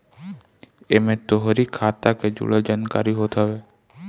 एमे तोहरी खाता के जुड़ल जानकारी होत हवे